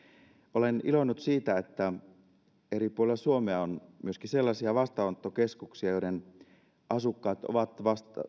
olen iloinnut siitä että eri puolilla suomea on myöskin sellaisia vastaanottokeskuksia joiden asukkaat ovat